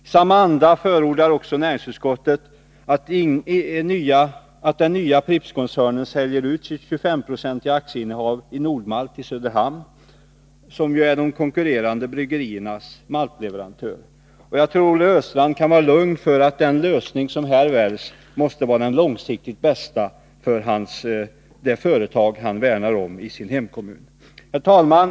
I samma anda förordar också näringsutskottet att den nya Prippskoncernen säljer sitt 25-procentiga aktieinnehav i Nord-Malt i Söderhamn. Det är ju de konkurrerande bryggeriernas maltleverantör. Jag tror att Olle Östrand kan vara lugn för att den lösning som här väljs måste vara den långsiktigt bästa för det företag han värnar om i sin hemkommun. Herr talman!